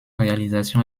réalisation